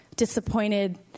disappointed